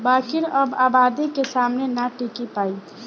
बाकिर अब आबादी के सामने ना टिकी पाई